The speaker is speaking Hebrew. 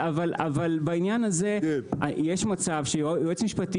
אבל בעניין הזה יש מצב שיועץ משפטי